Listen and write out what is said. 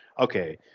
Okay